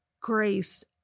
grace